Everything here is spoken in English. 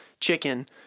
chicken